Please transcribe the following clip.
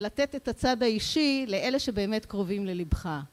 לתת את הצד האישי לאלה שבאמת קרובים ללבך.